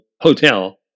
Hotel